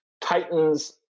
titans